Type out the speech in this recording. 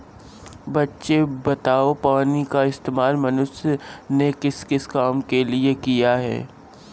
बच्चे बताओ पानी का इस्तेमाल मनुष्य ने किस किस काम के लिए किया?